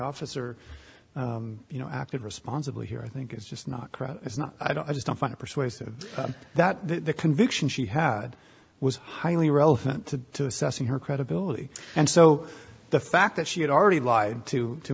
officer you know acted responsibly here i think it's just not it's not i don't i just don't find it persuasive that the conviction she had was highly relevant to assessing her credibility and so the fact that she had already lied to to